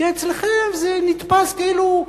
שאצלכם זה נתפס כאילו,